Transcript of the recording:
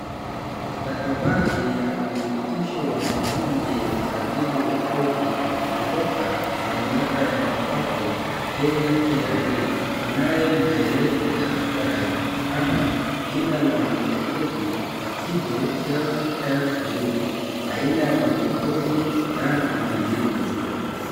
Stakabadhi ya udhibitisho wa maombi ya usajili wa kodi kutoka mamlaka ya mapato Kenya KRA inayo maelezo yafuatayo kama jina la mlipa kodi Wakibe Self Help Group . Aina ya mlipa kodi Land Individual .